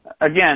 Again